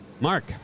Mark